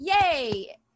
yay